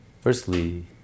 Firstly